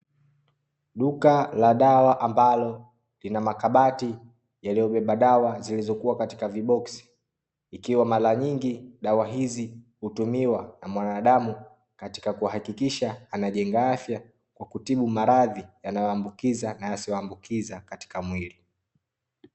Duka la dawa ambalo lina makabati yaliobeba dawa zilizokuwa katika vibokoksi, ikiwa mara nyingi dawa hizi hutumiwa na mwanadamu katika kuhakikisha anajenga afya kwa kutibu maradhi yanayoambukiza na yasiyoambukiza katika mwili.